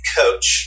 coach